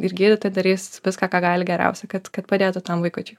ir gydytojai darys viską ką gali geriausiai kad kad padėtų tam vaikučiui